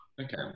Okay